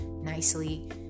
nicely